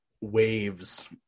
waves